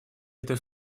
этой